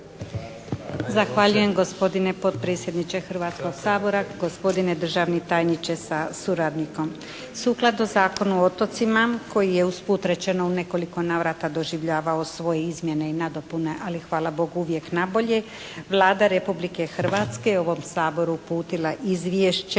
Zahvaljujem gospodine potpredsjedniče Hrvatskog sabora. Gospodine državni tajniče sa suradnikom. Sukladno Zakonu o otocima koji je usput rečeno u nekoliko navrata doživljavao svoje izmjene i nadopune, ali hvala Bogu uvijek na bolje Vlada Republike Hrvatske je ovom Saboru uputila Izvješće